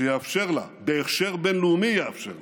שיאפשר לה, בהכשר בין-לאומי יאפשר לה,